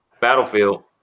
Battlefield